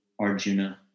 Arjuna